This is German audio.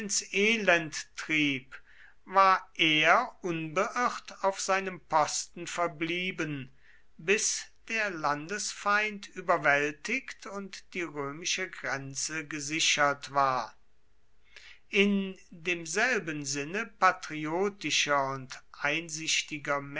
elend trieb war er unbeirrt auf seinem posten verblieben bis der landesfeind überwältigt und die römische grenze gesichert war in demselben sinne patriotischer und einsichtiger